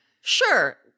Sure